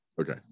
Okay